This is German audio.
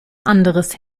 anderes